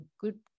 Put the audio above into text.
good